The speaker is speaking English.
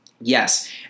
Yes